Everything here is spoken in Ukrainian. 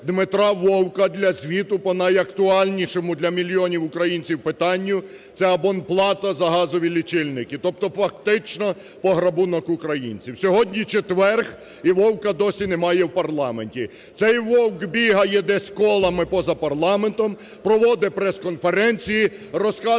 Дмитра Вовка для звіту по найактуальнішому для мільйонів українців питанню – це абонплата за газові лічильники, тобто фактично пограбунок українців. Сьогодні четвер – і Вовка досі немає в парламенті. Цей Вовк бігає десь колами поза парламентом, проводить прес-конференції, розказує